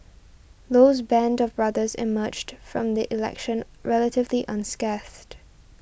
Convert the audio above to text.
Low's band of brothers emerged from the election relatively unscathed